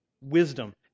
wisdom